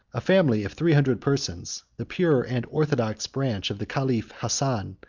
a family of three hundred persons, the pure and orthodox branch of the caliph hassan,